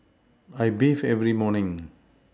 I bathe every morning